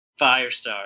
Firestar